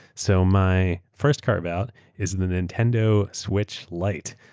so my first carve-out is the nintendo switch lite.